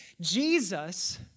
Jesus